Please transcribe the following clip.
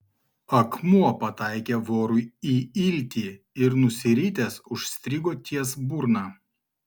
akmuo pataikė vorui į iltį ir nusiritęs užstrigo ties burna